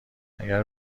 اگر